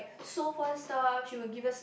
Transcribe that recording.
so first time she would give us